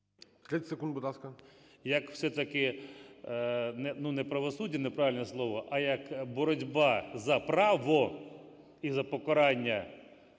Як все-таки, ну, не правосуддя, неправильне слово, а як боротьба за право і за покарання